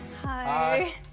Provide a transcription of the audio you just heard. Hi